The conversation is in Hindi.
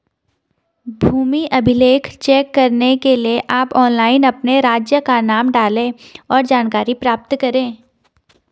भूमि अभिलेख चेक करने के लिए आप ऑनलाइन अपने राज्य का नाम डालें, और जानकारी प्राप्त करे